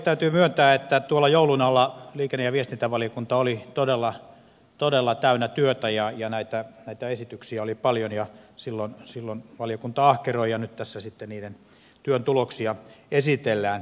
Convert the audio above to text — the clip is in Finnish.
täytyy myöntää että joulun alla liikenne ja viestintävaliokunta oli todella todella täynnä työtä ja näitä esityksiä oli paljon ja silloin valiokunta ahkeroi ja nyt tässä sitten työn tuloksia esitellään